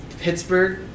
Pittsburgh